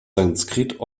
sanskrit